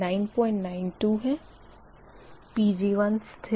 3992 है Pg1 स्थिर है